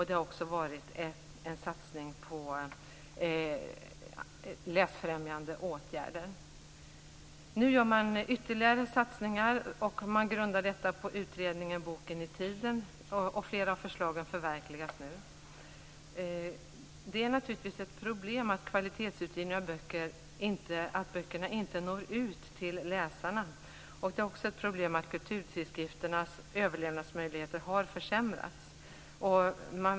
Det har också varit en satsning på läsfrämjande åtgärder. Nu görs ytterligare satsningar, som grundas på utredningen Boken i tiden. Flera förslag har förverkligats. Det är naturligtvis ett problem att utgivning av kvalitetsböcker inte når ut till läsarna. Det är också ett problem att kulturtidskrifternas överlevnadsmöjligheter har försämrats.